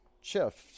shift